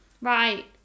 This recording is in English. Right